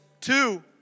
two